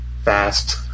fast